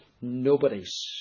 Nobody's